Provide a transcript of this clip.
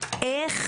איך